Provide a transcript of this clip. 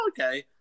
okay